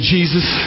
Jesus